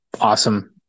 Awesome